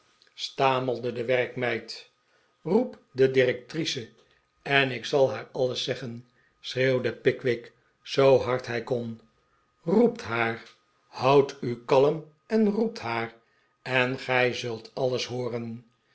stamelde de werkmeid roept de directrice en ik zal haar alles zeggen schreeuwde pickwick zoo hard hij kon roept haar houdt u kalm en roept haar en gij zult alles hooren